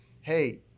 Hey